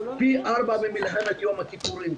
פי ארבעה ממלחמת יום הכיפורים.